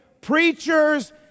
preachers